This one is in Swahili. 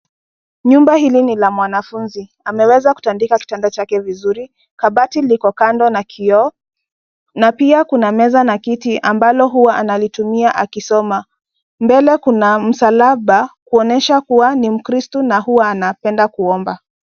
Nyumba hili ni la mwanafunzi. Ameweza kutandika kitanda chake vizuri. Kabati liko kando na kioo na pia kuna meza na kiti ambalo huwa analitumia akisoma. Mbele kuna msalaba kuonyesha kuwa ni mkristo na huwa anapenda kuomba.